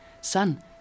Son